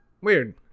Weird